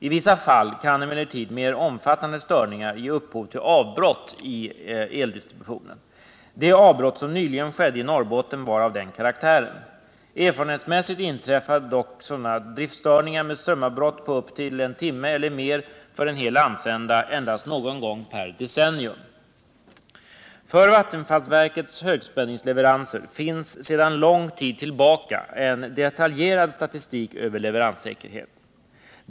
I vissa fall kan emellertid mer omfattande störningar ge upphov till avbrott i eldistributionen. Det avbrott som nyligen skedde i Norrbotten var av denna karaktär. Erfarenhetsmässigt inträffar dock sådana driftstörningar med strömavbrott på upp till en timme eller mer för en hel landsända endast någon gång per decennium. För vattenfallsverkets högspänningsleveranser finns sedan lång tid tillbaka en detaljerad statistik över leveranssäkerheten.